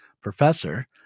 professor